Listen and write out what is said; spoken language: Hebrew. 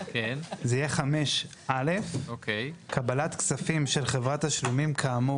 זה יהיה (5א) - "קבלת כספים של חברת תשלומים כאמור